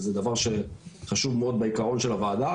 זה דבר שחשוב מאוד בעקרון של הוועדה,